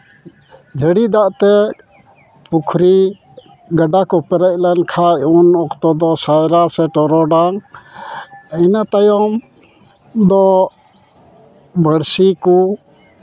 ᱡᱟᱹᱲᱤ ᱫᱟᱜᱛᱮ ᱯᱩᱠᱷᱨᱤ ᱜᱟᱰᱟ ᱠᱚ ᱯᱮᱨᱮᱡ ᱞᱮᱱ ᱠᱷᱟᱡ ᱩᱱ ᱚᱠᱛᱚ ᱫᱚ ᱥᱟᱭᱨᱟ ᱥᱮ ᱴᱚᱨᱚᱰᱟᱝ ᱤᱱᱟᱹ ᱛᱟᱭᱚᱢ ᱫᱚ ᱵᱟᱹᱲᱥᱤ ᱠᱚ